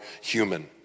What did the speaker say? human